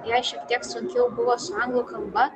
jai šiek tiek sunkiau buvo su anglų kalba